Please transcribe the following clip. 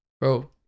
bro